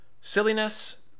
Silliness